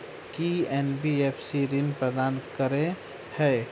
की NBFC ऋण प्रदान करे है?